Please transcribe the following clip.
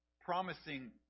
promising